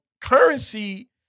Currency